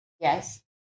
Yes